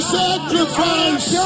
sacrifice